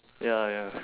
ya ya